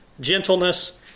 gentleness